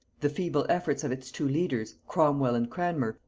the feeble efforts of its two leaders cromwel and cranmer,